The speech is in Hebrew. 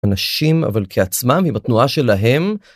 אנשים, אבל כעצמם ובתנועה שלהם...